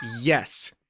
Yes